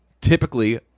typically